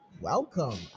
Welcome